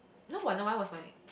know Wanna-One was my